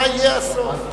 מה יהיה הסוף?